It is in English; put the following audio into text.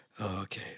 Okay